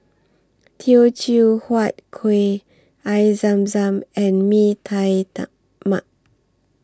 Teochew Huat Kueh Air Zam Zam and Mee Tai Mak